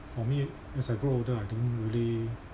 for me as I grow older I don't really